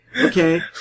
okay